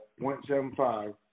0.75